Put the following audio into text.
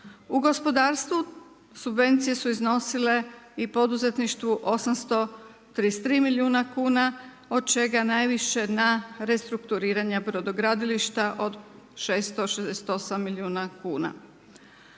i poduzetništvu subvencije su iznosile 833 milijuna kuna od čega najviše na restrukturiranja brodogradilišta od 668 milijuna kuna.